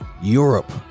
Europe